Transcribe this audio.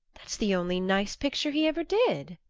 that's the only nice picture he ever did!